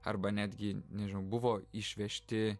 arba netgi nežinau buvo išvežti